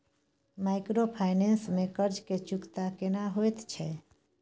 Microfinance में कर्ज के चुकता केना होयत छै?